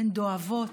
הן דואבות,